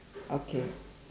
okay